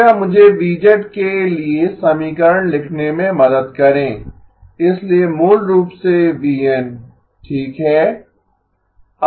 कृपया मुझे V के लिए समीकरण लिखने में मदद करें इसलिए मूल रूप से v n ठीक है